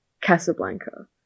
Casablanca